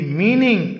meaning